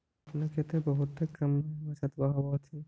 अपने के तो बहुते कम बचतबा होब होथिं?